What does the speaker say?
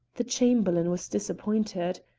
the chamberlain was disappointed.